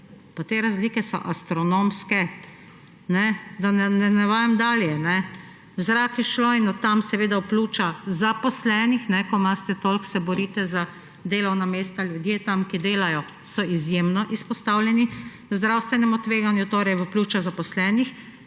Pa te razlike so astronomske! Da ne navajam dalje. V zrak je šlo in od tam seveda v pljuča zaposlenih, kajne, ko se toliko borite za delovna mesta, ljudje, ki tam delajo, so izjemno izpostavljeni zdravstvenemu tveganju, torej v pljuča zaposlenih